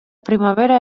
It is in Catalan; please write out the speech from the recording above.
primavera